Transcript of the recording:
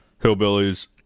hillbillies